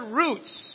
roots